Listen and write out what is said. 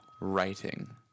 Writing